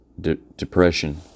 depression